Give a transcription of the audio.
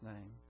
name